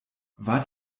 wart